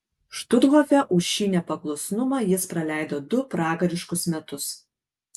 štuthofe už šį nepaklusnumą jis praleido du pragariškus metus